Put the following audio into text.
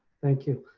thank you.